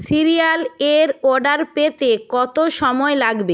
serial এর order পেতে কত সময় লাগবে